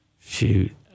Shoot